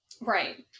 Right